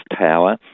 power